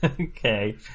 Okay